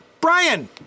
Brian